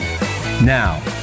Now